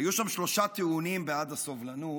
היו שם שלושה טיעונים בעד הסובלנות.